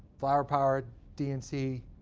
fire-powered dnc,